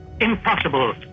Impossible